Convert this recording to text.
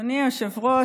אדוני היושב-ראש,